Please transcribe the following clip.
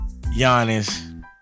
Giannis